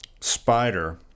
spider